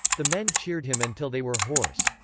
the men cheered him until they were hoarse.